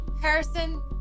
Harrison